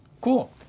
cool